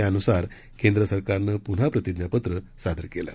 त्यानुसार केंद्र सरकारनं पुन्हा प्रतिज्ञापत्र सादर केलं